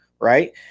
right